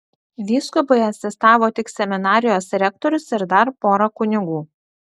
vyskupui asistavo tik seminarijos rektorius ir dar pora kunigų